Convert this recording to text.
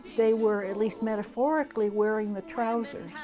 they were at least metaphorically wearing the trousers.